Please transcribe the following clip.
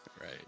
right